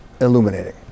illuminating